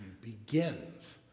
begins